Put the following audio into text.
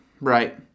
Right